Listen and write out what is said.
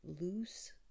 loose